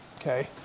okay